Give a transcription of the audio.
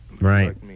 right